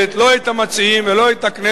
לא את המציעים ולא את הכנסת.